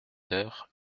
heures